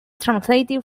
translated